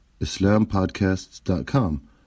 islampodcasts.com